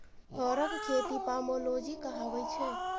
फरक खेती पामोलोजी कहाबै छै